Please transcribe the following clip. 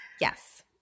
Yes